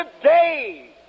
today